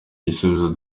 ibisubizo